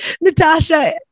Natasha